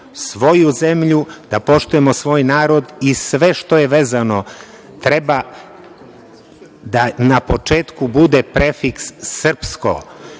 zemlju, svoj narod i sve što je vezano, treba da na početku bude prefiks - srpsko.